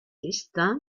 destin